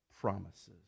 promises